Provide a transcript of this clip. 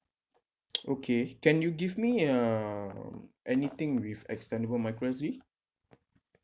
okay can you give me uh anything with extendable micro S_D